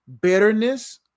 bitterness